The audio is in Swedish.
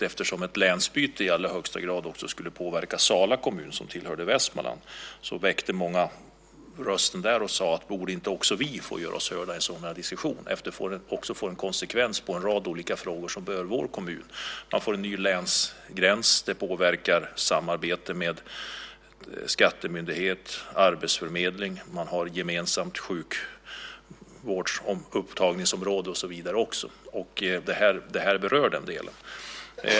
Eftersom ett länsbyte i allra högsta grad också skulle påverka Sala kommun, som tillhör Västmanland, höjde många där sin röst och sade: Borde inte också vi få göra oss hörda i en sådan här diskussion eftersom det får konsekvenser i en rad olika frågor som berör vår kommun? Man får en ny länsgräns, och det påverkar samarbetet med skattemyndighet och arbetsförmedling. Det påverkar också indelningen av sjukvårdsupptagningsområden och så vidare. Det här berörde en del.